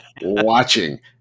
watching